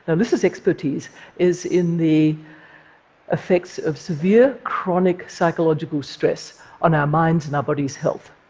elissa's expertise is in the effects of severe, chronic psychological stress on our mind's and our body's health.